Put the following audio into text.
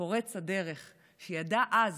שידע אז,